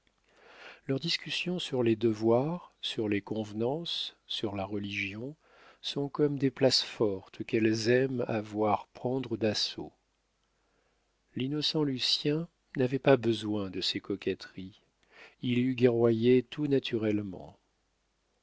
leurs discussions sur les devoirs sur les convenances sur la religion sont comme des places fortes qu'elles aiment à voir prendre d'assaut l'innocent lucien n'avait pas besoin de ses coquetteries il eût guerroyé tout naturellement